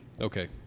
okay